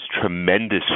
tremendous